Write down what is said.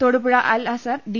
Thodupuzha Al Azhar D